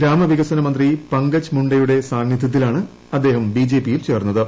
ഗ്രാമ വികസന മന്ത്രി പങ്കജ മുണ്ടെയുടെ സാന്നിധൃത്തിലാണ് അദ്ദേഹം ബിജെപിയിൽ ചേർന്നത്